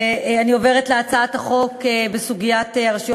אני עוברת להצעת החוק בסוגיית הרשויות